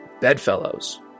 bedfellows